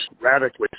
radically